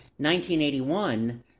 1981